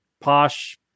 posh